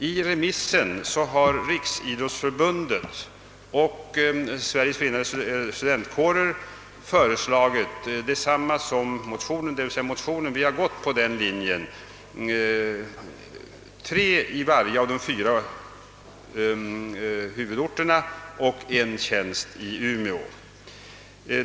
I remissvaren har Riksidrottsförbundet och Sveriges förenade studentkårer föreslagit samma antal som motionen föreslagit. I motionen har vi gått på linjen 3 tjänster i var och en av de fyra huvudorterna och 1 tjänst i Umeå.